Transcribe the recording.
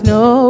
no